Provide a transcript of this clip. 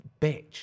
bitch